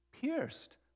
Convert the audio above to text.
pierced